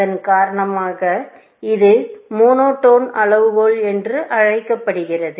அதன் காரணமாக இது மொனோடோன் அளவுகோல் என்று அழைக்கப்படுகிறது